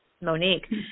Monique